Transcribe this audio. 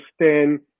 understand